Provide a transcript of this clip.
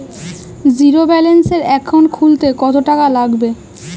জিরোব্যেলেন্সের একাউন্ট খুলতে কত টাকা লাগবে?